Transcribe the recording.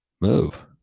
Move